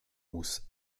muss